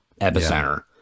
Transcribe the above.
epicenter